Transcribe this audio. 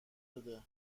بده